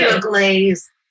glaze